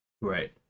Right